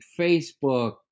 Facebook